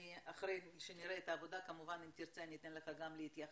כמובן אחרי שנראה את העבודה כמובן אם תרצה אני אתן לך גם להתייחס.